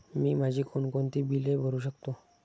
मी माझी कोणकोणती बिले भरू शकतो?